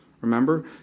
Remember